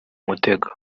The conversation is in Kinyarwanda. mutego